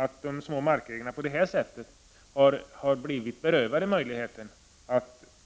att de små markägarna på detta sätt har berövats jaktmöjligheter.